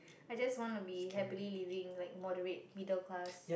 I just want to be happily living like moderate middle class